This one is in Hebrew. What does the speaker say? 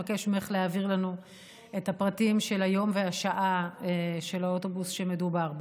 אבקש ממך להעביר לנו את הפרטים של היום והשעה של האוטובוס שמדובר בו,